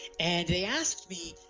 and they asked me,